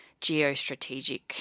geostrategic